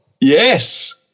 Yes